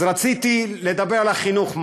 אז רציתי לדבר על החינוך,